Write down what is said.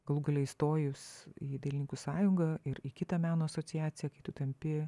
galų gale įstojus į dailininkų sąjungą ir į kitą meno asociaciją kai tu tampi